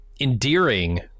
endearing